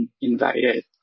invited